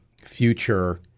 future